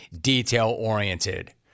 detail-oriented